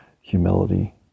humility